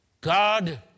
God